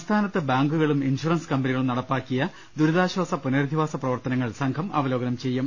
സംസ്ഥാനത്ത് ബാങ്കു കളും ഇൻഷുറൻസ് കമ്പനികളും നടപ്പാക്കിയ ദുരിതാശ്ചാസ പുനരധിവാസ പ്രവർത്തനങ്ങൾ സംഘം അവലോകനം ചെയ്യും